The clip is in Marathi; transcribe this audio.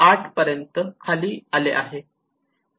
8 पर्यंत नंतर खाली आले आहे